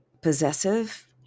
Possessive